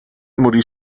morì